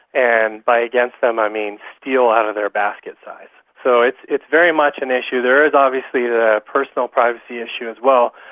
and by against them i mean steal out of their basket size. so it's it's very much an issue. there is obviously a personal privacy issue as well.